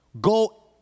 Go